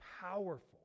powerful